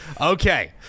okay